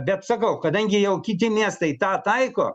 bet sakau kadangi jau kiti miestai tą taiko